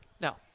no